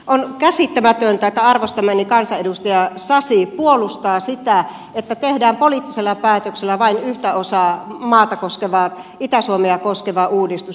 on käsittämätöntä että arvostamani kansanedustaja sasi puolustaa sitä että tehdään poliittisella päätöksellä vain yhtä osaa maata itä suomea koskeva uudistus